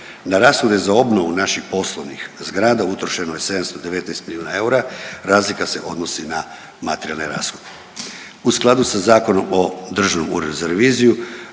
Na rashode za obnovu naših poslovnih zgrada utrošeno je 719 milijuna eura. Razlika se odnosi na materijalne rashode. U skladu sa Zakonom o Državnom uredu za reviziju,